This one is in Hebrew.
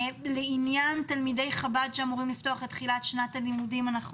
לעניין תלמידי חב"ד שאמורים לפתוח את תחילת שנת הלימודים אנחנו